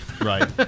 Right